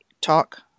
Talk